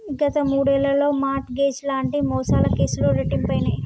గత మూడేళ్లలో mortgage లాంటి మోసాల కేసులు రెట్టింపయినయ్